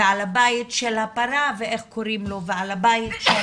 ועל הבית של הפרה ואיך קוראים לו ועל הבית של